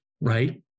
Right